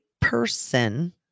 person